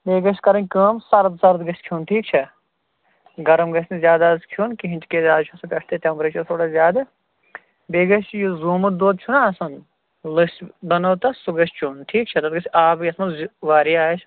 بیٚیہِ گژھِ کَرٕنۍ کٲم سَرٕد سَرد گژھِ کھیٚون ٹھیٖک چھا گرم گژھِ نہٕ زیادٕ آز کھیٚون کِہیٖنۍ تِکیٛازِ آز چھُ آسان پٮ۪ٹھ تہِ ٹٮ۪مپریچر تھوڑا زیادٕ بیٚیہِ گژھِ یُس زوٗمُت دۄد چھُنا آسان لٔسۍ بَنٲو تَتھ سُہ گژھِ چیٚون ٹھیٖک چھا تَتھ گژھِ آبٕے یَتھ منٛز زِ واریاہ آسہِ